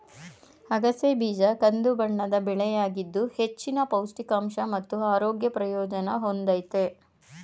ಅಗಸೆ ಬೀಜ ಕಂದುಬಣ್ಣದ ಬೆಳೆಯಾಗಿದ್ದು ಹೆಚ್ಚಿನ ಪೌಷ್ಟಿಕಾಂಶ ಮತ್ತು ಆರೋಗ್ಯ ಪ್ರಯೋಜನ ಹೊಂದಯ್ತೆ